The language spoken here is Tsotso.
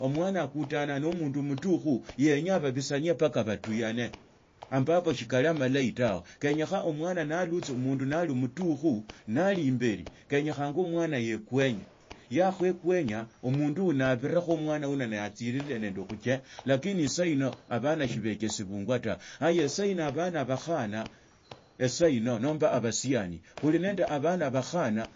Omwana akutanaa nende mundu mulukhu yenya babisane mbaka batuyane ambapo shikala amalahi tawe kanyekha omwana nalutsi omundu nali amatukhu nai imbeli kenyekhanya omwana yeekwenye yakhaekwenya omundu uno abire khumwana yuno naye atsirire nende khutsia lakini sahino abana sibechesibungwa ta haya sahino abana bakhana